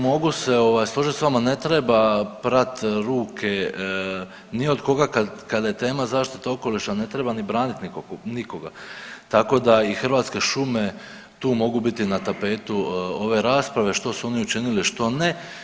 mogu se složit sa vama ne treba prat ruke ni od koga kada je tema zaštita okoliša, ne treba ni braniti nikoga, tako da i Hrvatske šume tu mogu biti na tapetu ove rasprave što su oni učinili, što ne.